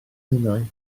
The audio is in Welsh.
ninnau